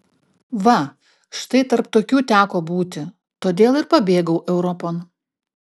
va štai tarp tokių teko būti todėl ir pabėgau europon